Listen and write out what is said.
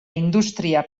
indústria